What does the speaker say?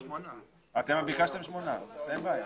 אתם ביקשתם שמונה, אין בעיה.